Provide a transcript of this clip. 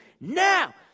now